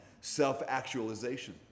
Self-actualization